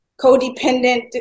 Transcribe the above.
codependent